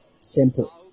Simple